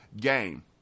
game